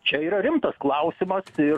čia yra rimtas klausimas ir